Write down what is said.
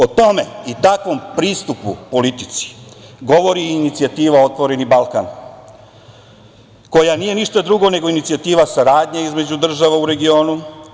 O tome i takvom pristupu politici govori i inicijativa "Otvoreni Balkan", koja nije ništa drugo nego inicijativa saradnje između država u regionu.